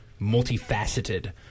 multifaceted